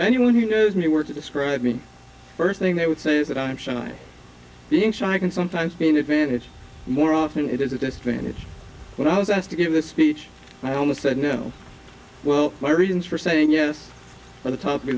anyone who knows me word to describe me first thing they would say is that i'm shy being shy can sometimes be an advantage more often it is a disadvantage when i was asked to give a speech i almost said no well my reasons for saying yes at the top